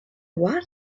what